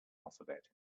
alphabet